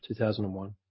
2001